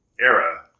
era